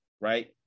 right